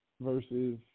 versus